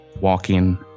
walking